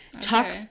Talk